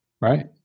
right